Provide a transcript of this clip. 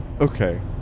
Okay